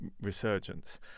resurgence